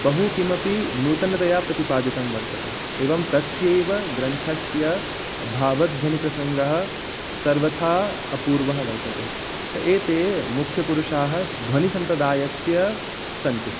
बहुकिमपि नूतनतया प्रतिपादितं वर्तते एवं तस्यैव ग्रन्थस्य भावध्वनिप्रसङ्गः सर्वथा अपूर्वः वर्तते एते मुख्यपुरुषाः ध्वनिसम्प्रदायस्य सन्ति